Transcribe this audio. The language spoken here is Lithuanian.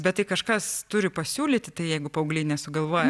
bet tai kažkas turi pasiūlyti tai jeigu paaugliai nesugalvoja